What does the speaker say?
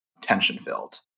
tension-filled